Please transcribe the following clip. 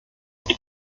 herr